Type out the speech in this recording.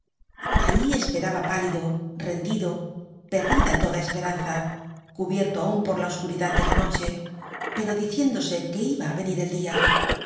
allí esperaba pálido rendido perdida toda esperanza cubierto aun por la oscuridad de la noche pero diciéndose que iba á venir el dia